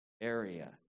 area